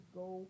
go